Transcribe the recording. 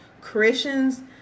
Christians